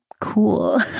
cool